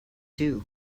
too